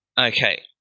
Okay